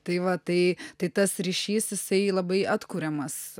tai va tai tai tas ryšys jisai labai atkuriamas